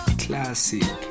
classic